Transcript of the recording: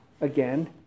again